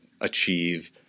achieve